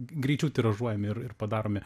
greičiau tiražuojami ir ir padaromi